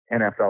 NFL